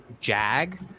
Jag